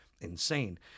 insane